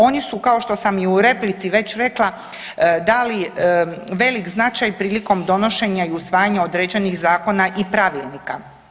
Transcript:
Oni su kao što sam i u replici već rekla dali velik značaj prilikom donošenja i usvajanja određenih zakona i pravilnika.